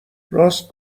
راست